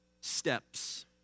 steps